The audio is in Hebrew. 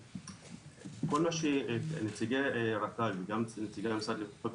כי כל מה שנציגי רט"ג וגם נציגי המשרד לביטחון